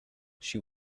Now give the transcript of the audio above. she